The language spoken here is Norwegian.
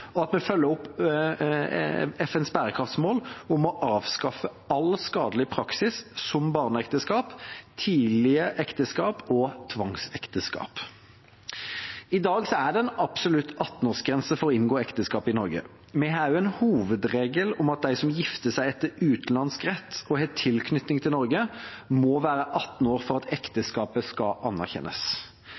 og at vi følger opp FNs bærekraftsmål om å avskaffe all skadelig praksis som barneekteskap, tidlige ekteskap og tvangsekteskap. I dag er det en absolutt 18-årsgrense for å inngå ekteskap i Norge. Vi har også en hovedregel om at de som gifter seg etter utenlandsk rett og har tilknytning til Norge, må være 18 år for at ekteskapet skal anerkjennes.